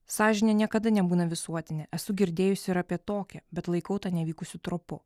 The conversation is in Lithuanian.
sąžinė niekada nebūna visuotinė esu girdėjusi ir apie tokią bet laikau tą nevykusiu tropu